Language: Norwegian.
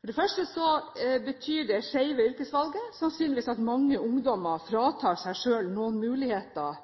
For det første betyr det skjeve yrkesvalget sannsynligvis at mange ungdommer fratar seg selv noen muligheter